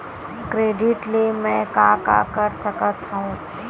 Credit ले मैं का का कर सकत हंव?